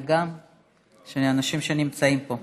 אנשים שנמצאים פה.